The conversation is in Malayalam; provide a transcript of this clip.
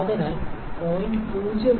അതിനാൽ 0